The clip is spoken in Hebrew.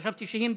חשבתי שהיא מדברת.